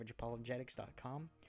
averageapologetics.com